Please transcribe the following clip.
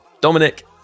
Dominic